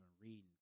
reading